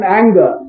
anger